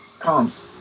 comms